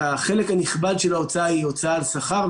החלק הנכבד של ההוצאה הוא הוצאת שכר.